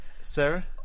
Sarah